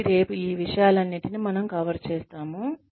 కాబట్టి రేపు ఈ విషయాలన్నింటినీ మనము కవర్ చేస్తాము